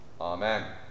Amen